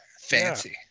fancy